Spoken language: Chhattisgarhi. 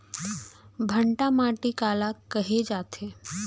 भांटा माटी काला कहे जाथे?